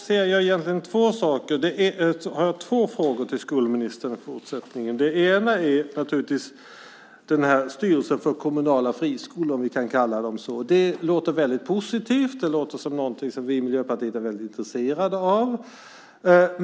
Fru talman! Då har jag två frågor till skolministern i fortsättningen. Den ena gäller naturligtvis styrelsen för kommunala friskolor, om vi kan kalla dem så. Det låter väldigt positivt. Det låter som någonting som vi i Miljöpartiet är väldigt intresserade av.